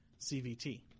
CVT